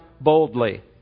boldly